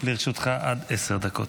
לרשותך עד עשר דקות.